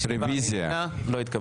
רביזיה.